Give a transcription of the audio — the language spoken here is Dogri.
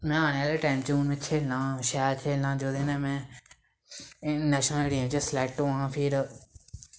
में आने आह्ले टाइम च हून में खेलना शैल खेलना जेह्दे ने में एह् नेशनल एरिया च स्लैक्ट होआं फिर